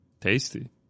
Tasty